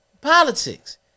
politics